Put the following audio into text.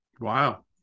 Wow